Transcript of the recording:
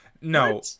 No